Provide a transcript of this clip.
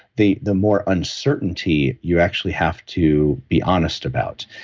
the the more uncertainty you actually have to be honest about.